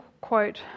quote